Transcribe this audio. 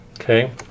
okay